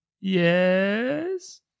Yes